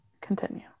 Continue